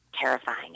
terrifying